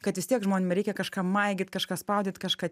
kad vis tiek žmonėm reikia kažką maigyt kažką spaudyt kažką